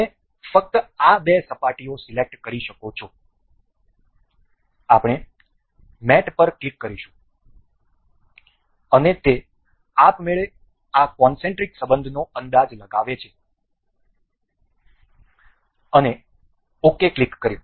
તમે ફક્ત આ બે સપાટીઓ સિલેક્ટ કરી શકો છો આપણે મેટ પર ક્લિક કરીશું અને તે આપમેળે આ કોનસેન્ટ્રિક સંબંધનો અંદાજ લગાવે છે અને ok ક્લિક કરો